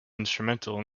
instrumental